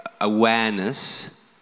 Awareness